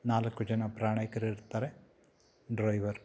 ನಾಲ್ಕು ಜನ ಪ್ರಯಾಣಿಕರಿರ್ತಾರೆ ಡ್ರೈವರ್